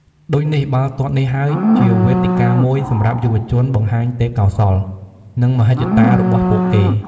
ដូចនេះ បាល់ទាត់នេះហើយជាវេទិកាមួយសម្រាប់យុវជនបង្ហាញទេពកោសល្យ និងមហិច្ឆតារបស់ពួកគេ។